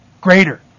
greater